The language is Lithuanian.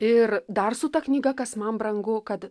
ir dar su ta knyga kas man brangu kad